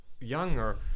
younger